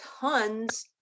tons